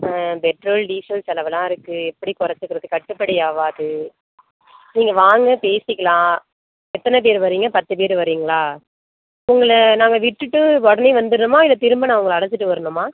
petrol diesel செலவலாம் இருக்குது எப்படி குறைச்சிக்கிறது கட்டுப்படி ஆகாது நீங்கள் வாங்க பேசிக்கலாம் எத்தனை பேர் வர்றீங்க பத்து பேர் வர்றீங்களா உங்களை நாங்கள் விட்டுவிட்டு உடனே வந்துடணுமா இல்லை திரும்ப நான் உங்களை அழைச்சுட்டு வரணுமா